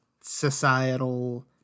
societal